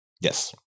Yes